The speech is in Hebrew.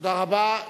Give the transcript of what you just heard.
תודה רבה.